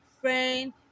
friend